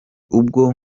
ubwo